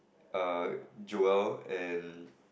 err Joel and